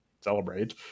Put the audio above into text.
celebrate